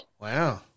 Wow